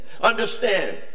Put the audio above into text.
Understand